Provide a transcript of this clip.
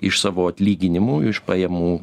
iš savo atlyginimų iš pajamų